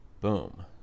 Boom